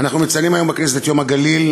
אנחנו מציינים היום בכנסת את יום הגליל,